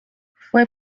fue